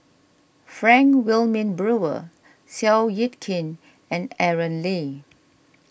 Frank Wilmin Brewer Seow Yit Kin and Aaron Lee